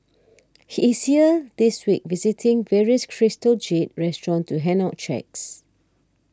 he is here this week visiting various Crystal Jade restaurants to hand out cheques